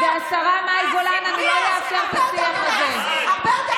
השרה מאי גולן, מה זה הסגנון הזה?